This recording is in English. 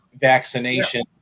vaccination